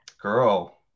Girl